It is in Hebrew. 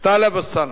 טלב אלסאנע.